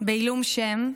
בעילום שם,